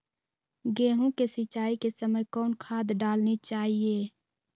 गेंहू के सिंचाई के समय कौन खाद डालनी चाइये?